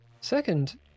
Second